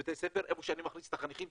גם בהצגה של הגב' נג'וא וגם בזו של הגב' הג'ר,